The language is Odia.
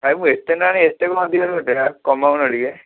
ଭାଇ ମୁଁ ଏତେ ନେଲଣି ଏତେ କ'ଣ ଅଧିକ ନେଉଛ କମଉନ ଟିକିଏ